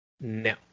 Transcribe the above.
No